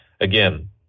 again